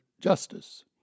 Justice